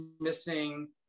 missing